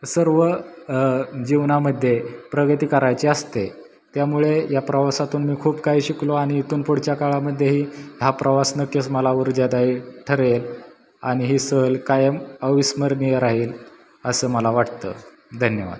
सर्व जीवनामध्ये प्रगती करायची असते त्यामुळे या प्रवासातून मी खूप काही शिकलो आणि इथून पुढच्या काळामध्येही हा प्रवास नक्कीच मला ऊर्जादायी ठरेल आणि ही सहल कायम अविस्मरणीय राहील असं मला वाटतं धन्यवाद